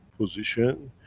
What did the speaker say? position,